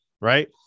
right